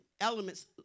elements